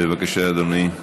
בבקשה, אדוני.